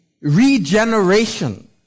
regeneration